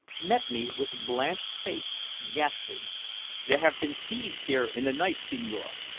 met me with blanched face, gasping there have been thieves here in the night, signore!